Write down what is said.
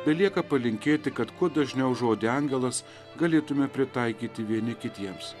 belieka palinkėti kad kuo dažniau žodį angelas galėtume pritaikyti vieni kitiems